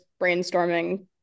brainstorming